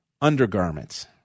undergarments